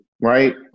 right